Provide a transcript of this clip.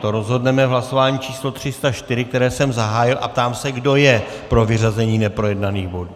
To rozhodneme v hlasování číslo304, které jsem zahájil, a ptám se, kdo je pro vyřazení neprojednaných bodů.